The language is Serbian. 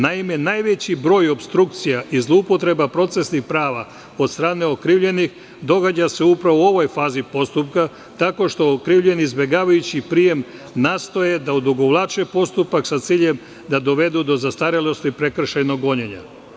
Naime, najveći broj opstrukcija i zloupotreba procesnih prava od strane okrivljenih, događa se upravo u ovoj fazi postupka, tako što okrivljeni izbegavajući prijem, nastoje da odugovlače postupak sa ciljem da dovedu do zastarelosti prekršajnog gonjenja.